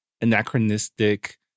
anachronistic